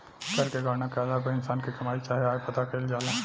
कर के गणना के आधार पर इंसान के कमाई चाहे आय पता कईल जाला